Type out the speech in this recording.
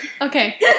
Okay